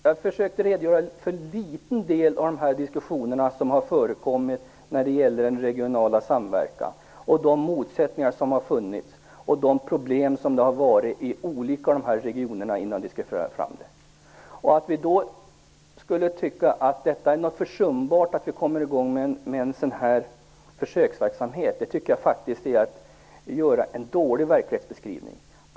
Jag försökte redogöra för en liten del av de diskussioner, de motsättningar och de problem som har förekommit i de olika regionerna när det gäller den regionala samverkan. Att tycka att det är någonting försumbart att komma i gång med en sådan här försöksverksamhet tycker jag är en dålig verklighetsbeskrivning.